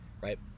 right